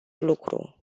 lucru